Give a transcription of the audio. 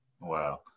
Wow